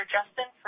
Justin